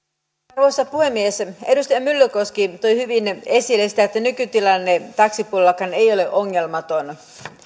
arvoisa puhemies edustaja myllykoski toi hyvin esille sitä että nykytilanne taksipuolellakaan ei ole ongelmaton